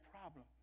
problem